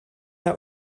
der